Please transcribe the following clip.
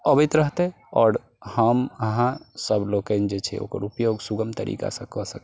अबैत रहतै आओर हम अहाँ सब लोकनि जे छै ओकर उपयोग सुगम तरीकासँ कऽ सकी